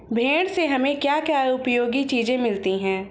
भेड़ से हमें क्या क्या उपयोगी चीजें मिलती हैं?